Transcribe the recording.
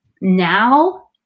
Now